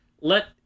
let